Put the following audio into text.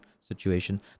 situation